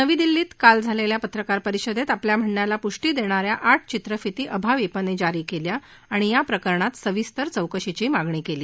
नवी दिल्लीत झालेल्या पत्रकार परिषदेत आपल्या म्हणण्याला पूषी देणा या आठ चित्रफिती अभाविपने जारी केल्या आणि याप्रकरणात सविस्तर चौकशीची मागणी केली